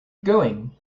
going